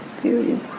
period